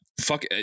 fuck